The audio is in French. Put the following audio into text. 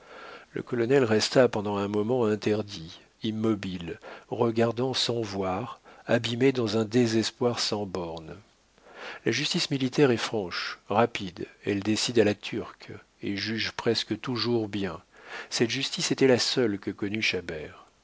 le colonel resta pendant un moment interdit immobile regardant sans voir abîmé dans un désespoir sans bornes la justice militaire est franche rapide elle décide à la turque et juge presque toujours bien cette justice était la seule que